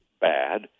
bad